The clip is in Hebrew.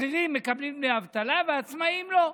השכירים מקבלים דמי אבטלה והעצמאים לא.